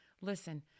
Listen